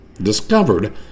discovered